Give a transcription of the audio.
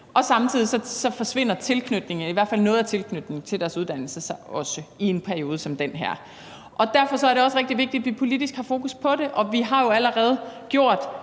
fald noget af tilknytningen, til deres uddannelse så også i en periode som den her. Derfor er det også rigtig vigtigt, at vi politisk har fokus på det, og vi har jo allerede gjort